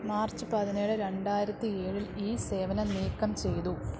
March പതിനേഴ് രണ്ടായിരത്തി ഏഴിൽ ഈ സേവനം നീക്കം ചെയ്തു